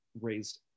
raised